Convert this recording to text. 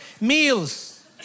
meals